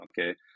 Okay